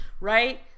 right